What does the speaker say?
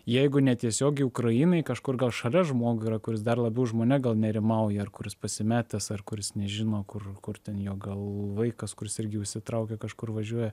jeigu netiesiogiai ukrainai kažkur gal šalia žmogui yra kuris dar labiau už mane gal nerimauja ar kuris pasimetęs ar kuris nežino kur kur ten jo gal vaikas kuris irgi jau įsitraukė kažkur važiuoja